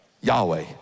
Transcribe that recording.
Yahweh